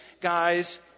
guys